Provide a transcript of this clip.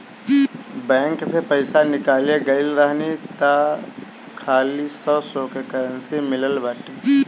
bank से पईसा निकाले गईल रहनी हअ तअ खाली सौ सौ के करेंसी मिलल बाटे